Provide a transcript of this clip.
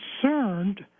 concerned